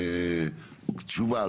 תשובה,